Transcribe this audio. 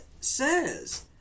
says